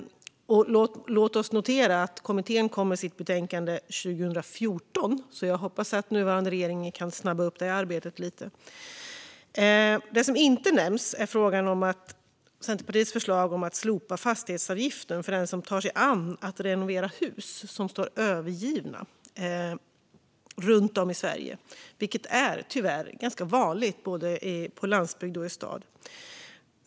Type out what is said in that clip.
Låt oss notera att kommittén kom med sitt betänkande redan 2014. Jag hoppas alltså att regeringen kan snabba upp det arbetet lite. Det som inte nämns är Centerpartiets förslag att slopa fastighetsavgiften för den som tar sig an att renovera hus som står övergivna runt om i Sverige, vilket tyvärr är ganska vanligt både på landsbygd och i stad.